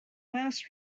last